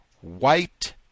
white